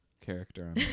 character